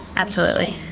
absolutely,